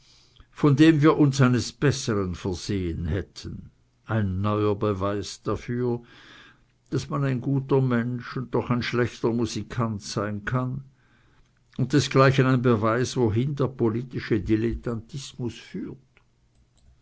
von dem wir uns eines besseren versehen hätten ein neuer beweis dafür daß man ein guter mensch und doch ein schlechter musikant sein kann und desgleichen ein beweis wohin der politische dilettantismus führt